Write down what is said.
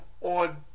on